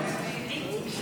נגד.